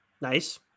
Nice